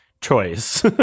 choice